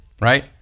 Right